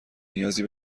نیازی